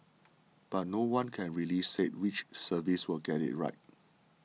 but no one can really say which service will get it right